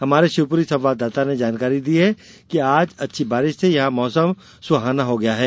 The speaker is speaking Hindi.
हमारे शिवपुरी संवाददाता ने जानकारी दी है कि आज अच्छी बारिश से यहां मौसम सुहाना हो गया है